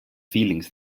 feelings